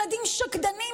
ילדים שקדנים,